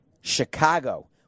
Chicago